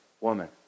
woman